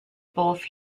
both